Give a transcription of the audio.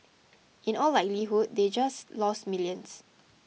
in all likelihood they had just lost millions